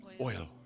Oil